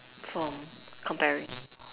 from comparing